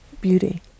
Beauty